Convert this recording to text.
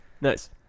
Nice